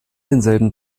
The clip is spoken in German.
denselben